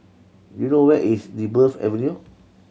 do you know where is Dryburgh Avenue